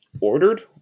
ordered